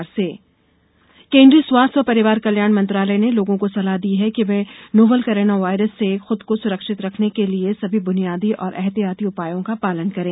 स्वास्थ्य सलाह फ्लेगशिप केन्द्रीय स्वास्थ्य और परिवार कल्याण मंत्रालय ने लोगों को सलाह दी है कि वे नोवल कोरोना वायरस से खुद को सुरक्षित रखने के लिए सभी बुनियादी और एहतियाती उपायों का पालन करें